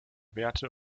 werte